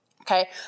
Okay